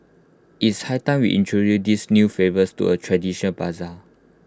it's high time we introduce these new flavours to A tradition Bazaar